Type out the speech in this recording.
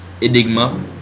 Enigma